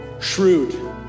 shrewd